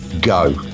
go